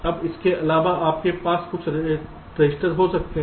अब इसके अलावा आपके पास कुछ रजिस्टर हो सकते हैं